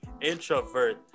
introvert